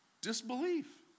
disbelief